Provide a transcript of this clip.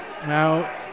Now